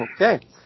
Okay